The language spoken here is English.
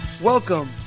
Welcome